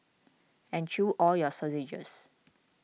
and chew all your sausages